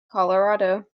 colorado